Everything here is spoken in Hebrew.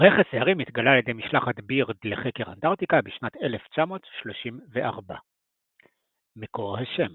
רכס ההרים התגלה על ידי משלחת בירד לחקר אנטארקטיקה בשנת 1934. מקור השם